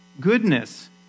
Goodness